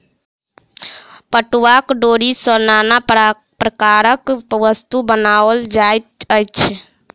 पटुआक डोरी सॅ नाना प्रकारक वस्तु बनाओल जाइत अछि